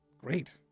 great